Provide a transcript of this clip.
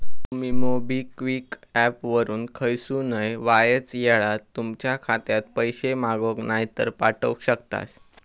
तुमी MobiKwik app वापरून खयसूनय वायच येळात तुमच्या खात्यात पैशे मागवक नायतर पाठवक शकतास